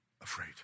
Afraid